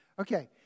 Okay